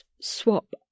swap